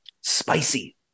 Spicy